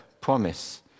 promise